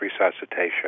resuscitation